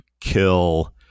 kill